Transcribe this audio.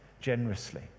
generously